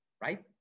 right